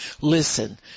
listen